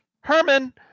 Herman